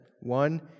One